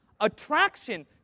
Attraction